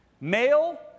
Male